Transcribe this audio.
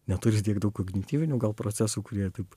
neturi tiek daug kognityvinių gal procesų kurie taip